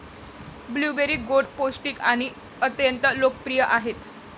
blueberry गोड, पौष्टिक आणि अत्यंत लोकप्रिय आहेत